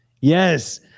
yes